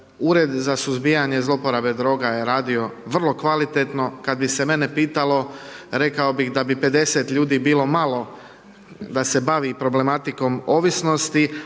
Ured za suzbijanje zloupotrebe droga je radio vrlo kvalitetno, kada bi se mene pitalo, rekao bi da bi 50 ljudi bilo malo da se bavi problematikom ovisnosti,